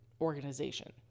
organization